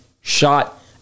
shot